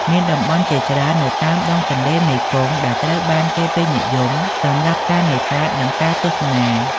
មានតំបន់ជាច្រើននៅតាមដងទន្លេមេគង្គដែលត្រូវបានគេពេញនិយមសម្រាប់ការនេសាទ និងការទស្សនា។